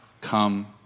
come